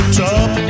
top